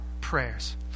prayers